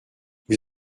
vous